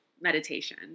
meditation